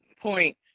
point